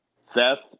Seth